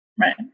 Right